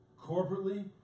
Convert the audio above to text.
corporately